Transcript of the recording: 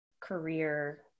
career